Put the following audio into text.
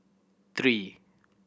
three